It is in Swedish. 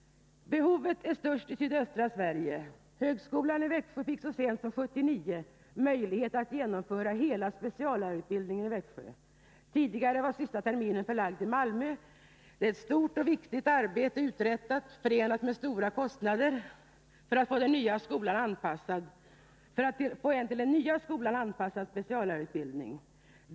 Behovet är störst i sydöstra Sverige. Högskolan i Växjö fick så sent som 1979 möjlighet att genomföra hela speciallärarutbildningen i Växjö. Tidigare var utbildningen under den sista terminen förlagd till Malmö. Ett stort och viktigt arbete förenat med stora kostnader har nedlagts för att få en till den nya skolan anpassad speciallärarutbildning.